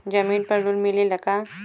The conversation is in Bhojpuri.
जमीन पर लोन मिलेला का?